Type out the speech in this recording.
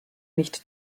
nicht